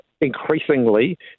Increasingly